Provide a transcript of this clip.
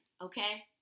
Okay